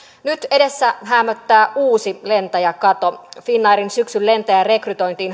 nyt edessä häämöttää uusi lentäjäkato finnairin syksyn lentäjärekrytointiin